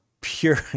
pure